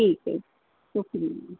ٹھیک ہے شکریہ